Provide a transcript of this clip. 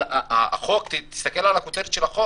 אבל תסתכל על הכותרת של החוק,